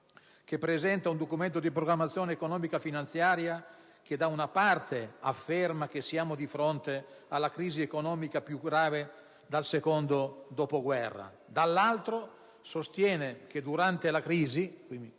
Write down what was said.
presenta un Documento di programmazione economico-finanziaria che, da una parte, afferma che siamo di fronte alla crisi economica più grave dal secondo dopoguerra e, dall'altra, sostiene che durante la crisi